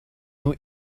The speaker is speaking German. nur